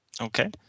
Okay